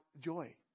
joy